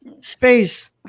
Space